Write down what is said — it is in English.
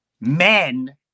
men